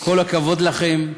כל הכבוד לכם.